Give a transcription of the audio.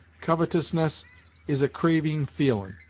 covetousness is a craving feelin'!